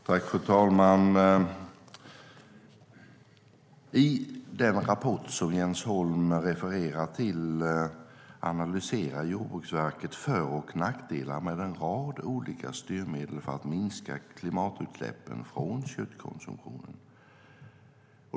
Fru talman! I den rapport som Jens Holm refererar till analyserar Jordbruksverket för och nackdelar med en rad olika styrmedel för att minska klimatutsläppen från köttkonsumtionen.